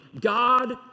God